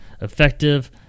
effective